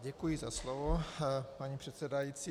Děkuji za slovo, paní předsedající.